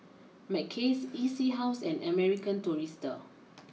Mackays E C house and American Tourister